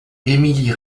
émilie